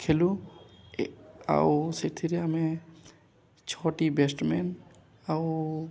ଖେଳୁ ଆଉ ସେଥିରେ ଆମେ ଛଅଟି ବେଷ୍ଟ ମ୍ୟାନ୍ ଆଉ